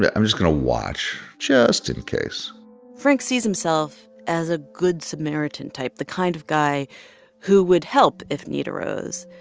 but i'm just going to watch just in case frank sees himself as a good samaritan type, the kind of guy who would help if need arose.